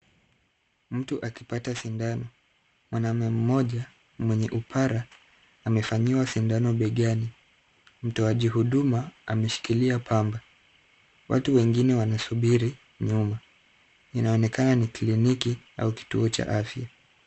Mtu akipata sindano. Mwanamume mmoja mwenye upara amefanyiwa sindano begani. Mtoaji huduma ameshikilia pamba. Watu wengine wanasubiri nyuma. Inaonekana ni kliniki au kituo cha afya.